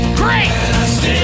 great